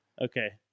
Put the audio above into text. Okay